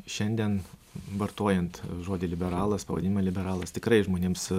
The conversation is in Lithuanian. šiandien vartojant žodį liberalas pavadinimą liberalas tikrai žmonėms